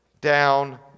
down